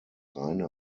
reine